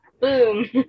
Boom